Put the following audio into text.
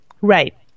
Right